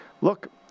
look